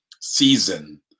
season